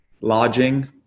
lodging